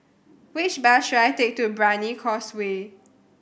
which bus should I take to Brani Causeway